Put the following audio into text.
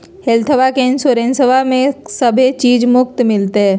हेल्थबा के इंसोरेंसबा में सभे चीज मुफ्त मिलते?